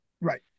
right